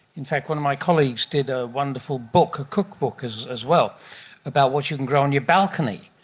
in fact one of my colleagues did a wonderful book, a cookbook as as well about what you can grow on your balcony.